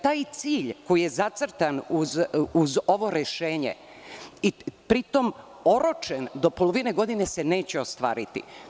Taj cilj koji je zacrtan uz ovo rešenje i pri tom oročen, do polovine godine se neće ostvariti.